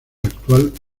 actual